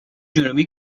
جنوبی